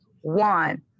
one